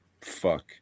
Fuck